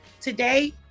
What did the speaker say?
today